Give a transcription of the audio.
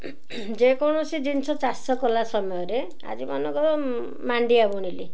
ଯେକୌଣସି ଜିନିଷ ଚାଷ କଲା ସମୟରେ ଆଜି ମନେକର ମାଣ୍ଡିଆ ବୁଣିଲି